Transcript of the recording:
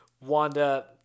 Wanda